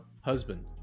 husband